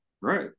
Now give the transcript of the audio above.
Right